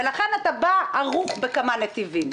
ולכן, אתה בא ערוך בכמה נתיבים.